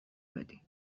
بدی